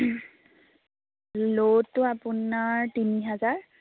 ল'টো আপোনাৰ তিনি হাজাৰ